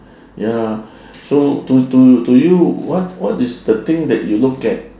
ya so to to to you what what is the thing that you look at